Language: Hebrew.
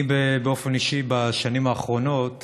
אני באופן אישי, בשנים האחרונות